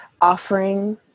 offering